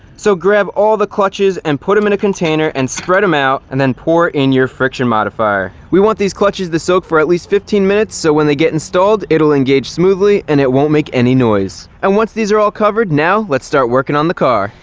so grab all the clutches and put them in a container and spread them out, and then pour in your friction modifier. we want these clutches to soak for at least fifteen minutes so when they get installed, it'll engage smoothly and it won't make any noise. and once these are all covered, now let's start working on the car.